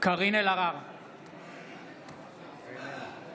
אינה משתתפת בהצבעה עמיחי אליהו, בעד זאב אלקין,